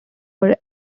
were